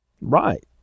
Right